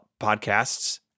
podcasts